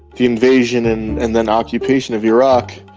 the invasion and and then occupation of iraq,